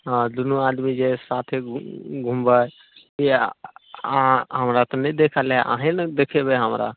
हँ दुनू आदमी जे साथे घुमबै या हँ हमरा तऽ नहि देखल हइ अहीँ ने देखेबै हमरा